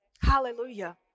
Hallelujah